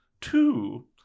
Two